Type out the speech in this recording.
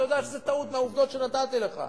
אתה יודע שזאת טעות, מהעובדות שנתתי לך.